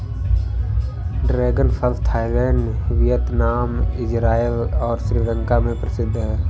dragon फल Thailand, Vietnam, Israel और श्रीलंका में प्रसिद्ध है